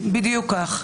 בדיוק, בדיוק כך.